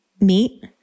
meat